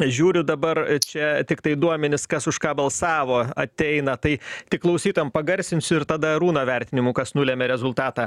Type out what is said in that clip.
žiūriu dabar čia tiktai duomenis kas už ką balsavo ateina tai tik klausytojas pagarsinsiu ir tada arūną vertinimų kas nulemia rezultatą